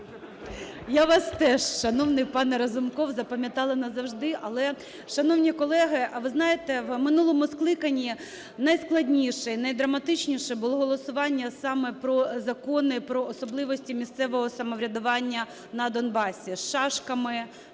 Я вас теж, шановний пане Разумков, запам'ятала назавжди. Але, шановні колеги, ви знаєте, в минулому скликанні найскладніше і найдраматичніше було голосування саме про закони про особливості місцевого самоврядування на Донбасі: з шашками,